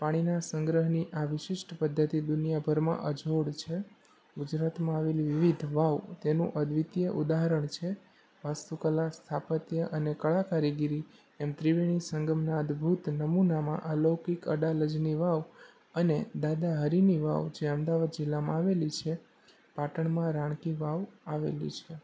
પાણીના સંગ્રહની આ વિશિષ્ટ પદ્ધતિ દુનિયાભરમાં અજોડ છે ગુજરાતમાં આવેલી વિવિધ હવાઓ તેનું અદ્વિતિય ઉદાહરણ છે વાસ્તુ કલા સ્થાપત્ય અને કળા કારીગીરી એમ ત્રિવેણી સંગમના અદ્ભુત નમૂનામાં અલૌકિક અડાલજની વાવ અને દાદા હરીની વાવ જે અમદાવાદ જિલ્લામાં આવેલી છે પાટણમાં રાણ કી વાવ આવેલી છે